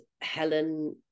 Helen